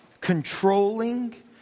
controlling